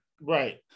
Right